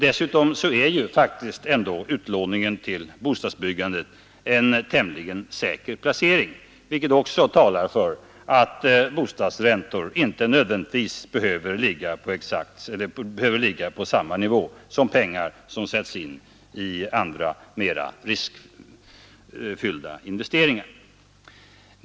Dessutom är faktiskt utlåning till bostadsbyggandet ju en tämligen säker placering, vilket också talar för att bostadsräntor inte nödvändigtvis behöver ligga på samma nivå som räntan för pengar som sätts in i andra, mera riskfyllda investeringar.